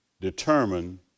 determine